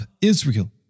Israel